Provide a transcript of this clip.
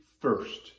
first